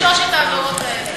רק לשלוש העבירות האלה.